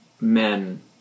men